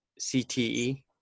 CTE